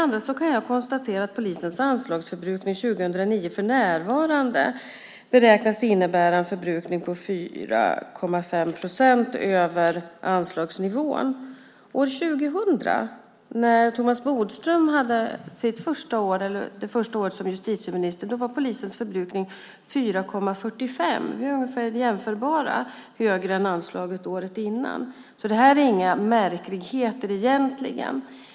Vidare kan jag konstatera att polisens anslagsförbrukning 2009 för närvarande beräknas innebära en förbrukning på 4,5 procent över anslagsnivån. År 2000, Thomas Bodströms första år som justitieminister, låg polisens förbrukning på 4,45 procent över anslaget året innan, så här är det egentligen inte fråga om några märkligheter.